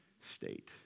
state